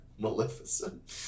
Maleficent